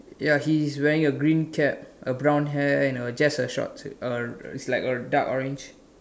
ya he's wearing a green cap a brown hair and a just a short uh it's like a dark orange